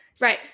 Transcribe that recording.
Right